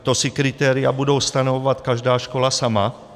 To si kritéria budou stanovovat každá škola sama?